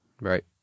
right